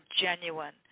genuine